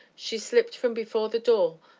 she slipped from before the door,